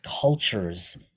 cultures